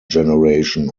generation